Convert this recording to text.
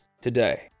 today